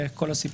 כן.